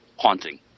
haunting